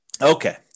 Okay